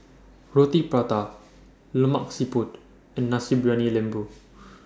Roti Prata Lemak Siput and Nasi Briyani Lembu